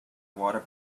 water